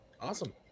awesome